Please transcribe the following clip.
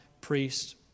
priest